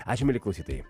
ačiū mieli klausytojai